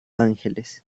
ángeles